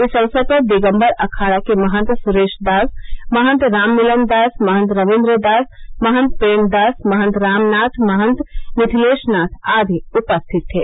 इस अवसर पर दिगम्बर अखाड़ा के महन्त स्रेशदास महन्त राममिलन दास महन्त रविन्द्र दास महन्त प्रेमदास महन्त रामनाथ महन्त मिथलेशनाथ आदि उपस्थित थे